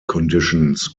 conditions